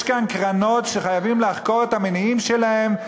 יש כאן קרנות שחייבים לחקור את המניעים שלהן.